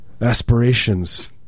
aspirations